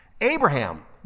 Abraham